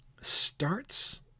starts